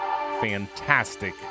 fantastic